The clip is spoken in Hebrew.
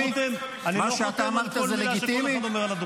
אני לא חותם על כל מילה שכל אחד אומר על הדוכן.